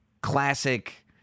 classic